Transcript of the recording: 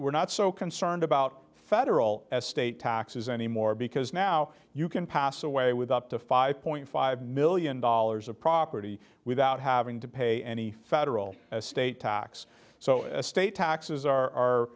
we're not so concerned about federal state taxes anymore because now you can pass away with up to five point five million dollars of property without having to pay any federal state tax so estate taxes are